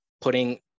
Putting